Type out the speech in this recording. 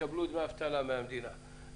תצטרך להוציא דמי אבטלה כדי לשלם להם.